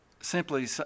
simply